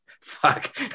Fuck